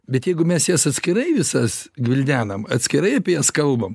bet jeigu mes jas atskirai visas gvildenam atskirai apie jas kalbam